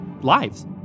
lives